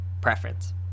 preference